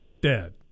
dead